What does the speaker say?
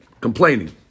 complaining